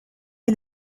est